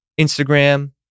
Instagram